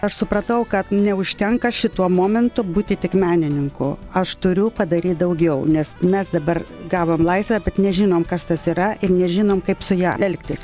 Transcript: aš supratau kad neužtenka šituo momentu būti tik menininku aš turiu padaryt daugiau nes mes dabar gavom laisvę bet nežinom kas tas yra ir nežinom kaip su ja elgtis